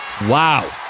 Wow